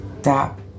stop